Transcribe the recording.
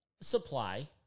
Supply